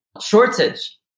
shortage